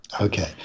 okay